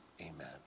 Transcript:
amen